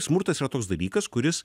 smurtas yra toks dalykas kuris